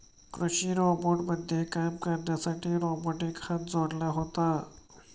कृषी रोबोटमध्ये काम करण्यासाठी रोबोटिक हात जोडला जातो